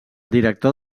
director